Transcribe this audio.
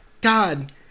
god